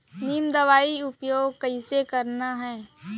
नीम दवई के उपयोग कइसे करना है?